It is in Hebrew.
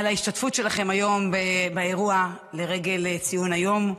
על ההשתתפות שלכם היום באירוע לרגל ציון היום,